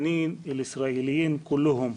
לשמירה על האזרחים הישראלים כולם.